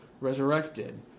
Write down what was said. resurrected